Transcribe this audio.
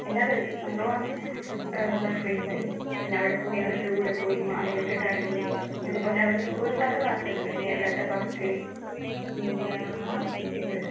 എല്ലാവരും നല്ലവണ്ണം സര്പ്രൈസ് ആയി പിന്നെ അവിടെ പോയി അവരുടെ കൂടെ പോയി മാളിലൊക്കെ കറങ്ങി അതേപോലെ അവിടെ ഒരുപാട് പാര്ക്ക് ഉണ്ട് ബന്നേർഗട്ട പാര്ക്ക് പിന്നെ ഇത്